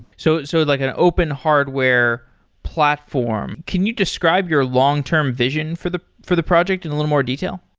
so so, like an open hardware platform. can you describe your long-term vision for the for the project in a little more detail?